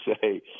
say